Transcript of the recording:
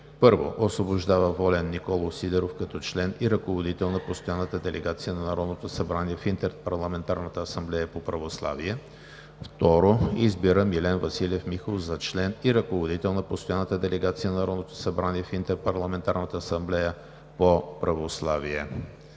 1. Освобождава Волен Николов Сидеров като член и ръководител на Постоянната делегация на Народното събрание в Интерпарламентарната асамблея по православие. 2. Избира Милен Василев Михов за член и ръководител на Постоянната делегация на Народното събрание в Интерпарламентарната асамблея по православие.“